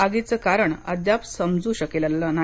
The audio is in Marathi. आगीचं कारण अद्याप समजू शकलेलं नाही